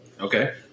okay